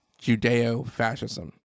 Judeo-fascism